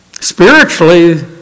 Spiritually